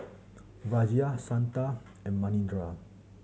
Razia Santha and Manindra